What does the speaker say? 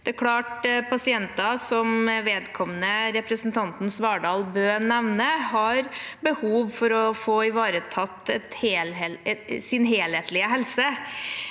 Det er klart at en pasient som vedkommende representanten Svardal Bøe nevnte, har behov for å få ivaretatt sin helhetlige helse,